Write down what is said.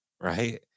Right